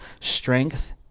Strength